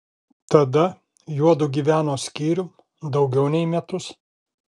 tada juodu gyveno skyrium daugiau nei metus